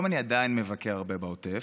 היום אני עדיין מבקר הרבה בעוטף,